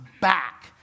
back